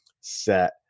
set